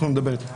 אנחנו נדבר איתו.